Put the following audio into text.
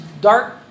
dark